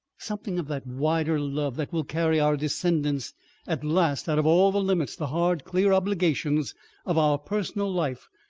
something of that wider love, that will carry our descendants at last out of all the limits, the hard, clear obligations of our personal life,